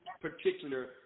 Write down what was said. particular